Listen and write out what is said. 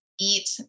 eat